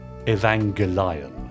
Evangelion